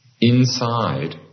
inside